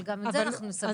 אבל גם את זה אנחנו נסדר.